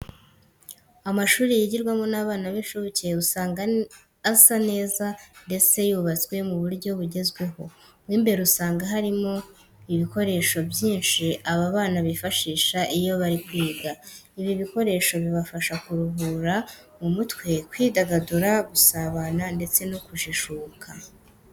Amashuri yigirwamo n'abana b'incuke usanga asa neza ndetse yubatswe mu buryo bugezweho. Mo imbere usanga harimo ibikoresho byinshi aba bana bifashisha iyo bari kwiga. Ibi bikoresho bibafasha kuruhura mu mutwe, kwidagadura, gusabana ndetse no kujijuka.